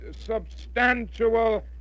substantial